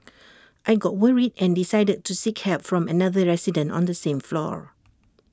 I got worried and decided to seek help from another resident on the same floor